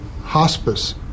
hospice